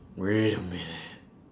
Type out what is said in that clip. wait a minute